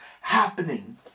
happening